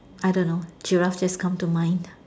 I don't know giraffe just come to mind